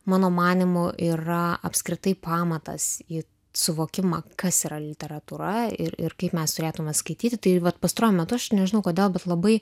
mano manymu yra apskritai pamatas į suvokimą kas yra literatūra ir ir kaip mes turėtume skaityti tai vat pastaruoju metu aš nežinau kodėl bet labai